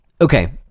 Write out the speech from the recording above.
Okay